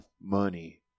money